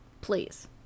Please